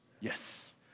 Yes